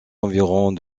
environs